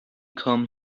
come